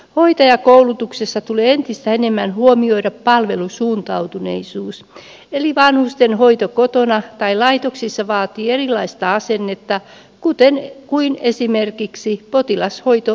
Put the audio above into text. hoitajakoulutuksessa tulee entistä enemmän huomioida palvelusuuntautuneisuus eli vanhusten hoito kotona tai laitoksissa vaatii erilaista asennetta kuin esimerkiksi potilashoito terveyskeskuksissa